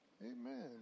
Amen